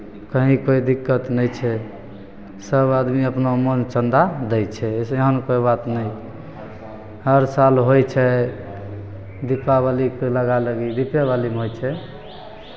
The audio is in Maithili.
कहीँ कोइ दिक्कत नहि छै सभ आदमी अपना मोनसँ चन्दा दै छै अइसे एहन कोइ बात नहि छै हर साल होइ छै दिपावलीके लगा लगी दिपेवलीमे होइ छै